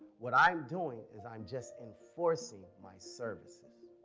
what i'm doing is i'm just enforcing my services.